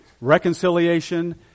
reconciliation